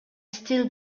still